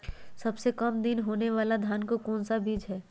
सबसे काम दिन होने वाला धान का कौन सा बीज हैँ?